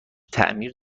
تعمیر